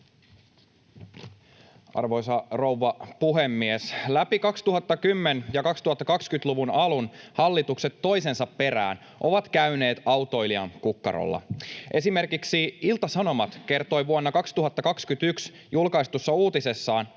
Arvoisa rouva puhemies! Läpi 2010- ja 2020-luvun alun hallitukset toisensa perään ovat käyneet autoilijan kukkarolla. Esimerkiksi Ilta-Sanomat kertoi vuonna 2021 julkaistussa uutisessaan,